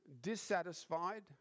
dissatisfied